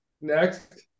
Next